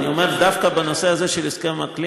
אני אומר שדווקא בנושא הזה של הסכם האקלים